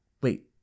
wait